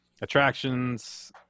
attractions